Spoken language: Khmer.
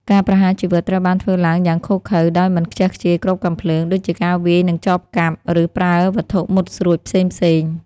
ការប្រហារជីវិតត្រូវបានធ្វើឡើងយ៉ាងឃោរឃៅ ដោយមិនខ្ជះខ្ជាយគ្រាប់កាំភ្លើង ដូចជាការវាយនឹងចបកាប់ ឬប្រើវត្ថុមុតស្រួចផ្សេងៗ។